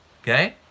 okay